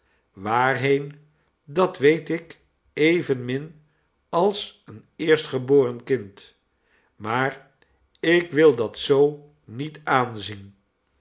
waarheen dat weet ik evenmin als een eerstgeboren kind maar ik wil dat zoo niet aanzien